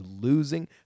losing